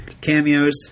cameos